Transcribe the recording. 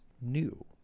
new